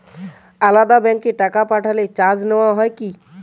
আলাদা ব্যাংকে টাকা পাঠালে চার্জ নেওয়া হয় কি?